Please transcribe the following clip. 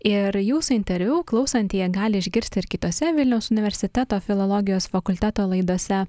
ir jūsų interviu klausantieji gali išgirsti ir kitose vilniaus universiteto filologijos fakulteto laidose